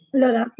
Allora